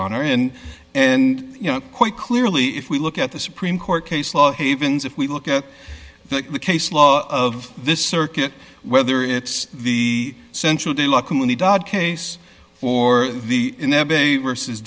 honor and and you know quite clearly if we look at the supreme court case law haven's if we look at the case law of this circuit whether it's the central de la come when he died case for the versus